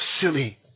silly